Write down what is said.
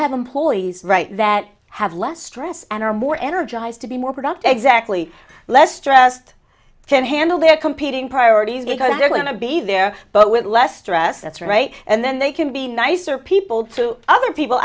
have employees right that have less stress and are more energized to be more productive exactly less stressed can handle their competing priorities because they're going to be there but with less stress that's right and then they can be nicer people to other people